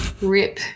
Rip